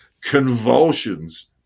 convulsions